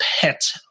pet